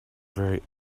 very